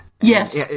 Yes